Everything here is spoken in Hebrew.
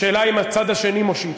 השאלה היא אם הצד השני מושיט.